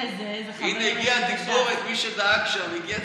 הגיעה תגבורת.